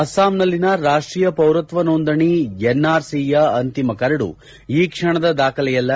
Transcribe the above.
ಅಸ್ಪಾಂನಲ್ತಿನ ರಾಷ್ಟೀಯ ಪೌರತ್ನ ನೋಂದಣಿ ಎನ್ಆರ್ಸಿಯ ಅಂತಿಮ ಕರದು ಈ ಕ್ಷಣದ ದಾಖಲೆಯಲ್ಲ